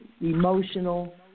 emotional